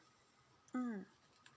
mm